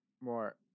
more